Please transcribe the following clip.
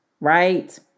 Right